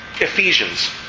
Ephesians